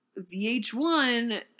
VH1